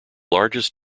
largest